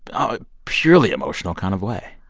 ah purely emotional kind of way?